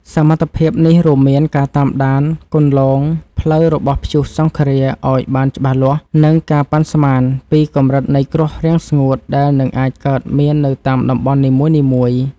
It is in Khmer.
សមត្ថភាពនេះរួមមានការតាមដានគន្លងផ្លូវរបស់ព្យុះសង្ឃរាឱ្យបានច្បាស់លាស់ និងការប៉ាន់ស្មានពីកម្រិតនៃគ្រោះរាំងស្ងួតដែលនឹងអាចកើតមាននៅតាមតំបន់នីមួយៗ។